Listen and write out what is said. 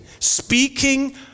speaking